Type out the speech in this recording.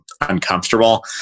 uncomfortable